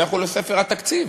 לכו לספר התקציב.